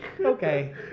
Okay